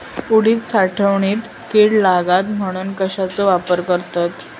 उडीद साठवणीत कीड लागात म्हणून कश्याचो वापर करतत?